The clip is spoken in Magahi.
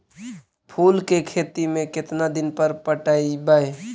फूल के खेती में केतना दिन पर पटइबै?